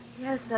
Yes